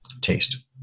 taste